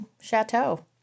chateau